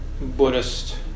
Buddhist